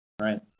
Right